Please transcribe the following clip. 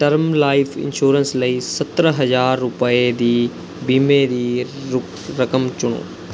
term life insurance ਲਈ ਸੱਤਰ ਹਜ਼ਾਰ ਰੁਪਏ ਦੀ ਬੀਮੇ ਦੀ ਰੁ ਰਕਮ ਚੁਣੋ